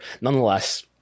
Nonetheless